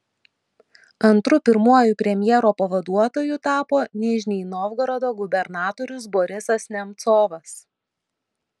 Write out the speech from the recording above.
antru pirmuoju premjero pavaduotoju tapo nižnij novgorodo gubernatorius borisas nemcovas